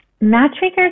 Matchmakers